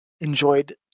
enjoyed